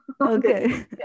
Okay